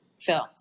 films